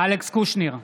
אלכס קושניר,